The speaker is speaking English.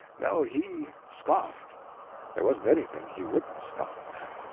no, he scoffed there wasn't anything he wouldn't scoff at.